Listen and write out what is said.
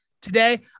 Today